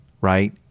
right